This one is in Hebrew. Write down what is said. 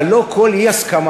אבל לא כל אי-הסכמה,